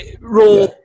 Raw